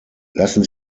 lassen